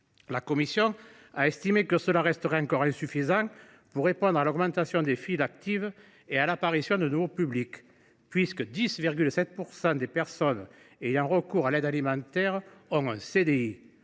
sociales a estimé que cela restait encore insuffisant pour répondre à l’augmentation des files actives et à l’apparition de nouveaux publics, puisque 10,7 % des personnes ayant recours à l’aide alimentaire ont un CDI.